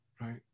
right